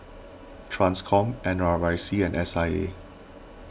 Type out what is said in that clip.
Transcom N R I C and S I A